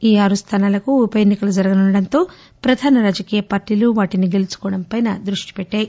ఈ ఆరు స్థానాలకు ఉప ఎన్సికలు జరగనుండడంతో ప్రధాన రాజకీయ పార్టీలు వాటిని గెలుచుకోవడంపై దృష్టి పెట్టాయి